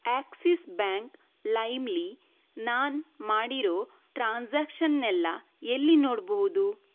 Axis bank ಲೈಮಲ್ಲಿ ನಾನು ಮಾಡಿರುವ ಟ್ರಾನ್ಸಾಕ್ಷನ್ನೆಲ್ಲ ಎಲ್ಲಿ ನೋಡಬಹುದು